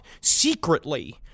secretly